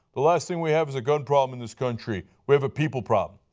the last thing we have is a gun problem in this country. we have a people problem.